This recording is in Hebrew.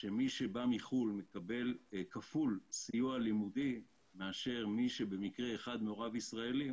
שמי שבא בחו"ל מקבל סיוע לימוד כפול לעומת מי שבמקרה אחד מהוריו ישראלי,